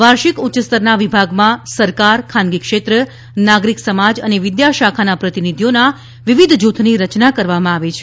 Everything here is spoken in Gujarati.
વાર્ષિક ઉચ્ય સ્તરના વિભાગમાં સરકાર ખાનગી ક્ષેત્ર નાગરિક સમાજ અને વિદ્યાશાખાના પ્રતિનિધિઓના વિવિધ જૂથની રચના કરવામાં આવે છે